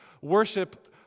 worship